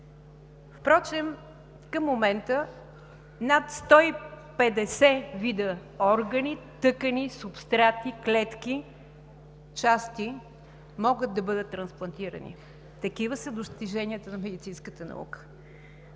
Впрочем към момента над 150 вида органи, тъкани, субстрати, клетки, части могат да бъдат трансплантирани – такива са достиженията на медицинската наука.